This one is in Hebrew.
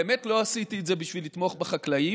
באמת לא עשיתי את זה בשביל לתמוך בחקלאים,